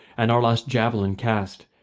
and our last javelin cast,